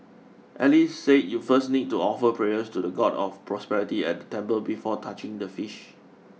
Alice said you first need to offer prayers to the God of Prosperity at the temple before touching the fish